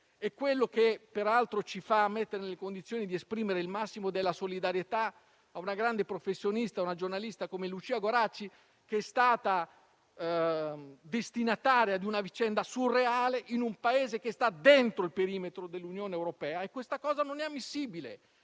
un rischio che peraltro ci mette nell'urgenza di esprimere il massimo della solidarietà a una grande professionista, una giornalista come Lucia Goracci, che è stata destinataria di una vicenda surreale in un Paese che sta dentro il perimetro dell'Unione europea. Questo non è ammissibile